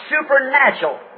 supernatural